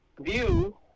view